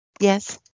Yes